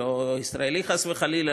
לא ישראלי חס וחלילה,